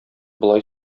болай